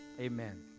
Amen